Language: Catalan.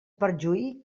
perjuí